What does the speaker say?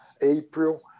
April